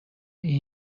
این